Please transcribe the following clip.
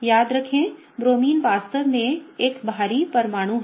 याद रखें ब्रोमीन वास्तव में भारी परमाणु है